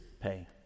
pay